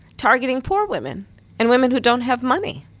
targeting poor women and women who don't have money.